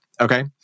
Okay